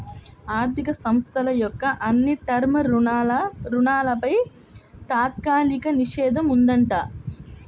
ఆర్ధిక సంస్థల యొక్క అన్ని టర్మ్ రుణాలపై తాత్కాలిక నిషేధం ఉందంట